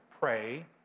pray